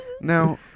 Now